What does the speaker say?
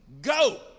Go